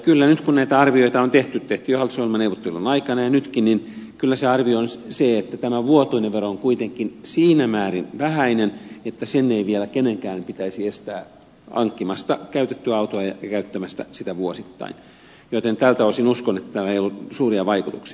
kyllä nyt kun näitä arvioita on tehty jo hallitusohjelman neuvottelujen aikana ja nytkin arvio on se että tämä vuotuinen vero on kuitenkin siinä määrin vähäinen että sen ei vielä ketään pitäisi estää hankkimasta käytettyä autoa ja käyttämästä sitä vuosittain joten tältä osin uskon että tällä ei ole suuria vaikutuksia